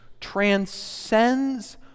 transcends